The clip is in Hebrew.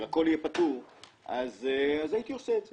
הכול יהיה פתור אז הייתי עושה את זה,